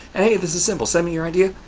hey, this is simple. send me your idea.